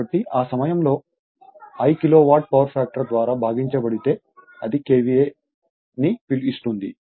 కాబట్టి ఆ సమయంలో i కిలోవాట్ పవర్ ఫ్యాక్టర్ ద్వారా భాగించబడితే అది KVA ని ఇస్తుంది